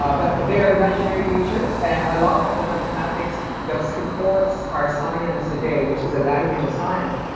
um but they are imaginary creatures. and a lot of the mathematics that supports our science today, which is a language of science,